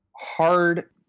hard